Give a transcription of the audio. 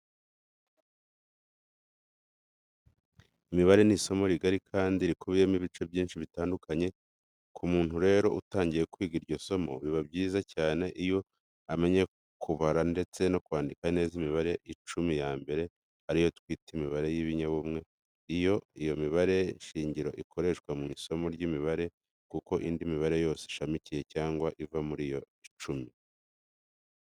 Imibare ni isomo rigari kandi rikubiyemo ibice byinshi bitandukanye. Ku muntu rero utangiye kwiga iryo somo, biba byiza cyane iyo amenye kubara ndetse no kwandika neza imibare icumi ya mbere ari yo twita imibare y'ibinyabumwe. Iyo niyo mibare shingiro ikoreshwa mu isomo ry'imibare kuko indi mibare yose ishamikiye cyangwa se iva muri yo icumi.